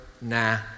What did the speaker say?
nah